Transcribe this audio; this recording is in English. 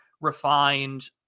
refined